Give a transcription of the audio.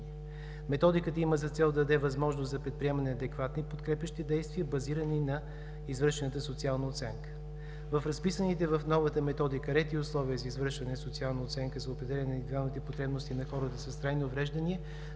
Методиката има за цел да даде възможност за предприемане на адекватни и подкрепящи действия, базирани на извършената социална оценка. В разписаните в новата методика ред и условия за извършване на социална оценка за определяне на индивидуалните потребности на хората с трайни увреждания